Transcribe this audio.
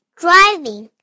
driving